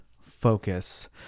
focus